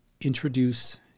introduce